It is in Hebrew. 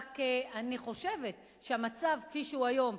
רק שאני חושבת שהמצב כפי שהוא היום,